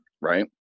right